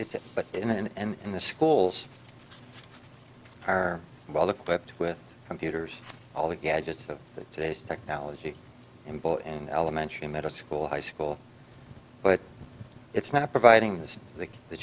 it's but in and in the schools are well equipped with computers all the gadgets of today's technology and bought an elementary middle school high school but it's not providing the